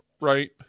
Right